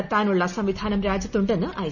നടത്താനുള്ള സംവിധാനം രാജ്യത്തുണ്ടെന്ന് ഐ